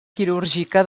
quirúrgica